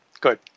Good